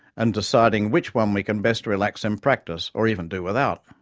and deciding which one we can best relax in practice, or even do without.